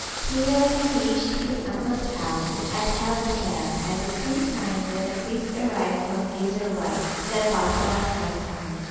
kiartan reached his uncle's house at helgafell at the same time that a priest arrived from gizor white, the apostle of iceland.